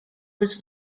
was